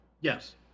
Yes